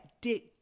dick